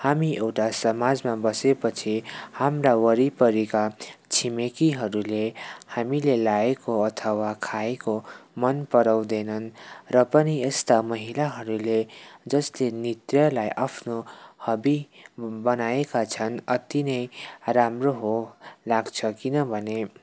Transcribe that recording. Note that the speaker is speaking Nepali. हामी एउटा समाजमा बसेपछि हाम्रा वरिपरिका छिमेकीहरूले हामीले लाएको अथवा खाएको मन पराउँदैनन् र पनि यस्ता महिलाहरूले जस्तै नृत्यलाई आफ्नो हबी बनाएका छन् अत्ति नै राम्रो हो लाग्छ किनभने